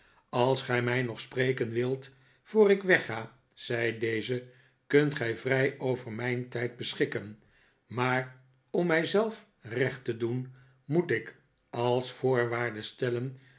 als gij mij nog spreken wilt voor ik wegga zei deze kunt gij vrij over mijn tijd beschikken maar om mij zelf recht te doen moet ik als voorwaarde stellen